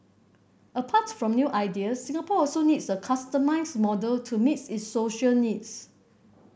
apart from new ideas Singapore also needs a customised model to meet its social needs